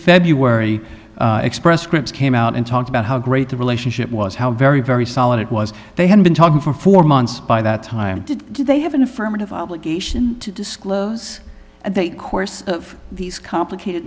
february express scripts came out and talked about how great the relationship was how very very solid it was they had been talking for four months by that time did they have an affirmative obligation to disclose at the course of these complicated